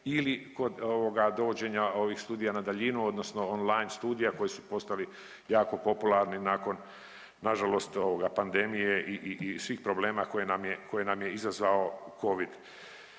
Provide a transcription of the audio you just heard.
ili kod ovoga dovođenja ovih studija na daljinu odnosno online studija koji su postali jako popularni nakon nažalost ovoga pandemije i, i, i svih problema koje nam je, koje